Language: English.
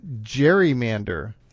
gerrymander